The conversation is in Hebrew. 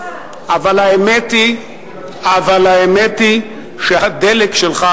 אבל האמת היא שהדלק שלך,